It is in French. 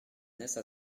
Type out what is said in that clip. nièce